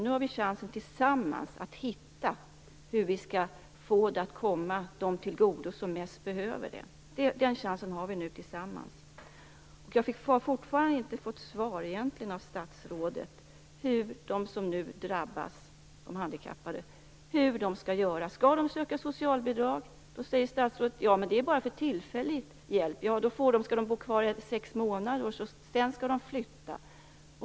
Nu har vi chansen att tillsammans finna en möjlighet att få stödet att komma dem till godo som mest behöver det. Jag har egentligen fortfarande inte fått svar av statsrådet på frågorna hur de handikappade som nu drabbas skall göra och om de skall söka socialbidrag. Statsrådet säger att det bara är en tillfällig hjälp. Skall de då bo kvar i sex månader och sedan tvingas flytta?